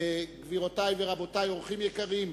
גבירותי ורבותי, אורחים יקרים,